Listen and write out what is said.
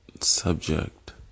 subject